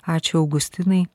ačiū augustinai